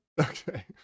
okay